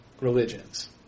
religions